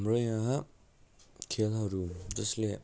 हाम्रो यहाँ खेलहरू जसले